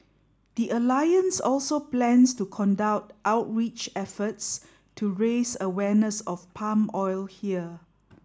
the alliance also plans to conduct outreach efforts to raise awareness of palm oil here